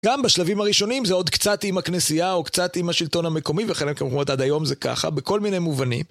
גם בשלבים הראשונים זה עוד קצת עם הכנסייה, או קצת עם השלטון המקומי וחלק מהמקומות עד היום זה ככה בכל מיני מובנים.